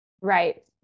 Right